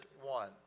one